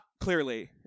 clearly